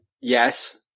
Yes